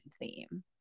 theme